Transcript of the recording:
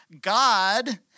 God